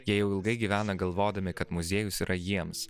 jie jau ilgai gyvena galvodami kad muziejus yra jiems